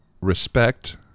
respect